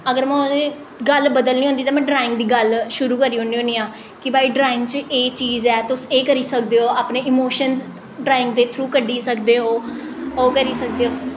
अगर में ओह्दे गल्ल बदलनी होंदी ते में ड्राइंग दी गल्ल शुरू करी ओड़नी होन्नी आं कि भाई ड्राइंग च एह् चीज ऐ तुस एह् करी सकदे ओ अपने इमोशन्स ड्राइंग दे थ्रू कड्ढी सकदे ओ ओह् करी सकदे ओ